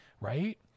right